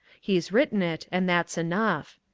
he's written it and that's enough.